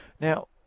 Now